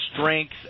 strength